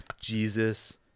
jesus